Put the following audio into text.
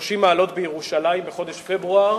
30 מעלות בירושלים בחודש פברואר